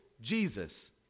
Jesus